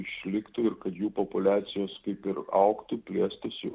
išliktų ir kad jų populiacijos kaip ir augtų plėstųsi